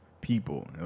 people